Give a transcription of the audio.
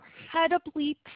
incredibly